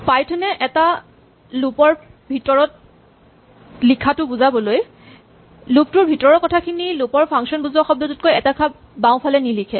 Python এ এটা loop ৰ ভিতৰত লিখাটো বুজাবলৈ লুপ টোৰ ভিতৰৰ কথাখিনি লুপ ৰ ফাংচন বুজোৱা শব্দটোতকৈ এটা খাপ বাওঁফালে নি লিখে